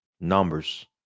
numbers